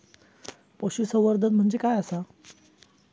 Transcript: पशुसंवर्धन म्हणजे काय आसा?